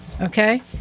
Okay